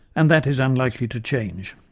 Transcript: and that is unlikely to change.